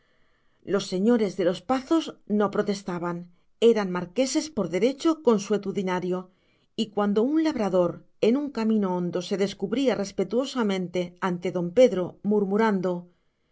los señores de los pazos no protestaban eran marqueses por derecho consuetudinario y cuando un labrador en un camino hondo se descubría respetuosamente ante don pedro murmurando